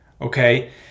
okay